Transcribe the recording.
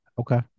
Okay